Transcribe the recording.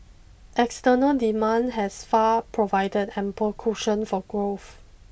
external demand has far provided ample cushion for growth